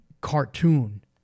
cartoon